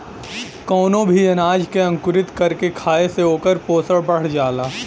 कवनो भी अनाज के अंकुरित कर के खाए से ओकर पोषण बढ़ जाला